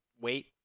wait